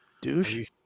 Douche